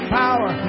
power